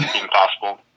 impossible